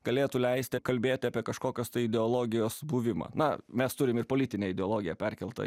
galėtų leisti kalbėti apie kažkokios tai ideologijos buvimą na mes turim ir politinę ideologiją perkeltą